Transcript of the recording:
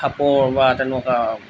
খাপৰ বা তেনেকুৱা